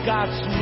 God's